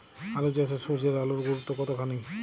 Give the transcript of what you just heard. আলু চাষে সূর্যের আলোর গুরুত্ব কতখানি?